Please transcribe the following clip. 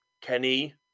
Kenny